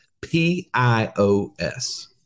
P-I-O-S